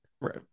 right